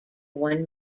one